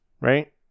right